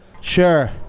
Sure